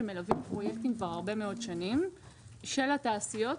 שמלווים פרויקטים כבר הרבה מאוד שנים של התעשיות,